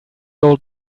old